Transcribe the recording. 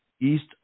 East